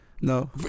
No